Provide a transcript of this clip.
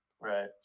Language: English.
right